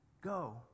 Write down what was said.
Go